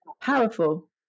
powerful